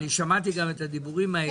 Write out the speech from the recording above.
אני שמעתי את הדיבורים האלה.